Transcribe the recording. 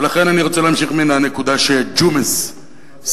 ולכן אני רוצה להמשיך מן הנקודה שג'ומס סיים.